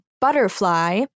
butterfly